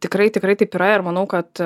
tikrai tikrai taip yra ir manau kad